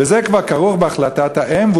וזה כבר כרוך בהחלטת האם,